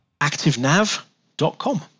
Activenav.com